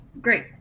Great